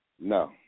No